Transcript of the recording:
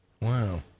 Wow